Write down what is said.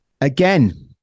again